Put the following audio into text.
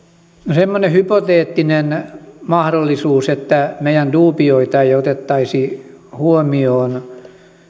semmoinen hypoteettinen mahdollisuus että meidän duubioita ei otettaisi huomioon